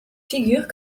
figures